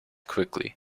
quickly